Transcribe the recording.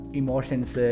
emotions